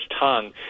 tongue